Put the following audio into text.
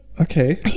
Okay